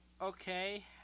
Okay